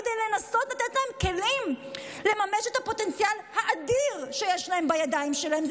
כדי לנסות לתת להם כלים לממש את הפוטנציאל האדיר שיש להם בידיים שלהם?